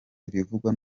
ibivugwa